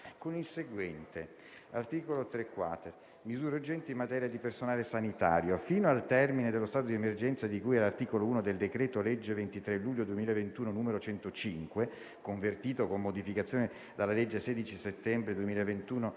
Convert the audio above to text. con il seguente: «Art. 3-*quater.* (*Misure urgenti in materia di personale sanitario*) 1. Fino al termine dello stato di emergenza di cui all'articolo 1 del decreto-legge 23 luglio 2021, n. 105 convertito con modificazioni dalla legge 16 settembre 2021,